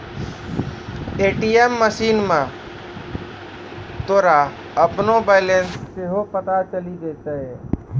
ATM मशीनो मे तोरा अपनो बैलेंस सेहो पता चलि जैतै